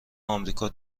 امریکا